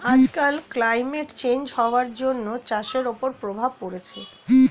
আজকাল climate change হওয়ার জন্য চাষের ওপরে প্রভাব পড়ছে